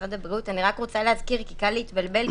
כי קל להתבלבל,